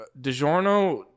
DiGiorno